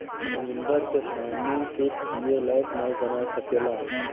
समुन्दर के पानी के पिए लायक ना बना सकेला